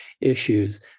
issues